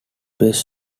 best